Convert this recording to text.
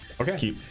Okay